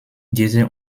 diese